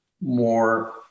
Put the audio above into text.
more